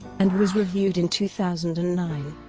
and was reviewed in two thousand and nine.